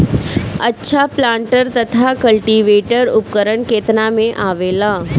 अच्छा प्लांटर तथा क्लटीवेटर उपकरण केतना में आवेला?